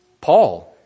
Paul